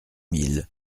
mille